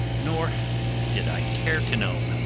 nor did i care to know,